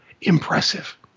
impressive